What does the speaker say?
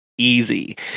easy